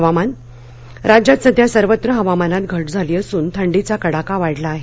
हवामान राज्यात सध्या सर्वत्र हवामानात घ झाली असून थंडीचा कडाका वाढला आहे